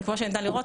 וכמו שניתן לראות,